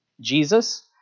Jesus